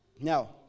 Now